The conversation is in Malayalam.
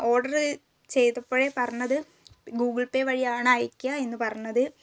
ഓർഡറ് ചെയ്തപ്പോഴേ പറഞ്ഞത് ഗൂഗിൾ പേ വഴി ആണ് അയയ്ക്കുക എന്ന് പറഞ്ഞത്